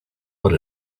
what